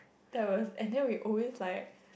that's was and then we always like